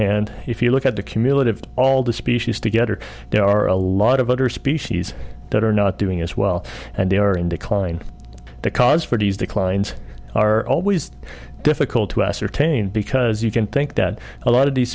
hand if you look at the cumulative all the species together there are a lot of other species that are not doing as well and they are in decline the cause for these declines are always difficult to ascertain because you can think that a lot of these